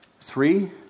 Three